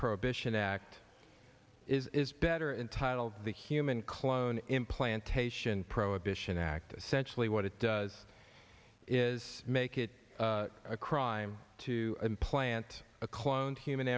prohibition act is better entitled the human cloning implantation prohibition act sensually what it does is make it a crime to implant a cloned human